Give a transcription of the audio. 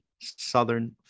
southern